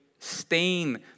Stain